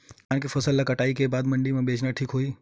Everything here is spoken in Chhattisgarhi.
का धान के फसल ल कटाई के बाद मंडी म बेचना ठीक होही?